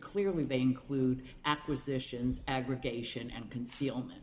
clearly they include acquisitions aggregation and concealment